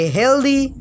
healthy